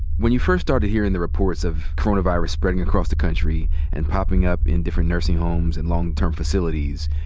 when you first started hearing the reports of coronavirus spreading across the country, and popping up in different nursing homes and long term facilities,